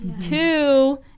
Two